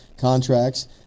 contracts